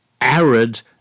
arid